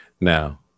now